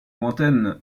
lointaine